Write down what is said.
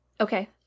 Okay